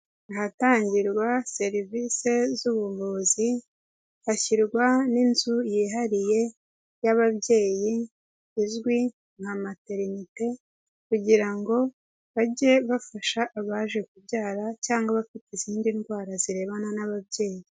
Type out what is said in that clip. Ahatangirwa serivisi z'ubuvuzi hashyirwa n'inzu yihariye y'ababyeyi izwi nka materinite kugira ngo bajye bafasha abaje kubyara cyangwa abafite izindi ndwara zirebana n'ababyeyi.